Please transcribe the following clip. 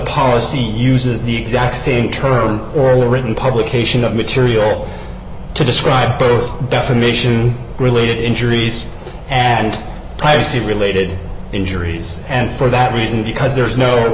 policy uses the exact same terms or written publication of material to describe both defamation related injuries and privacy related injuries and for that reason because there